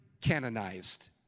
canonized